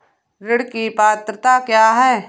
ऋण की पात्रता क्या है?